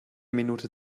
minute